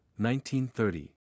1930